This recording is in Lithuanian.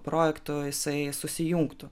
projektu jisai susijungtų